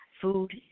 Food